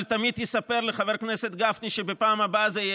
אבל תמיד יספר לחבר הכנסת גפני שבפעם הבאה זה יהיה